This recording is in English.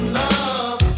love